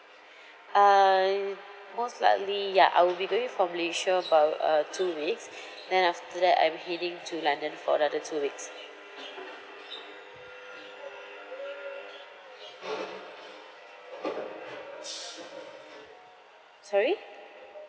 uh most likely ya I will be going for malaysia bout uh two weeks then after that I'm heading to london for another two weeks sorry